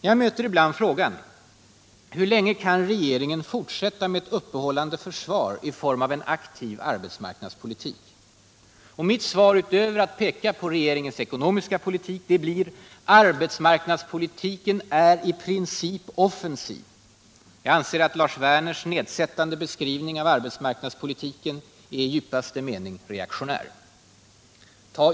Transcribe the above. Jag möter ibland frågan: Hur länge kan regeringen fortsätta med ett uppehållande försvar i form av en aktiv arbetsmarknadspolitik? Mitt svar — utöver att peka på regeringens ekonomiska politik — blir: Arbetsmarknadspolitiken är i princip offensiv. Jag anser att Lars Werners nedsättande beskrivning av arbetsmarknadspolitiken är i djupaste mening reaktionär.